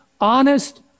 honest